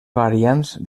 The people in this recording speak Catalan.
variants